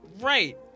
right